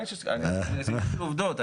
זה עובדות.